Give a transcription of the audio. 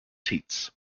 teats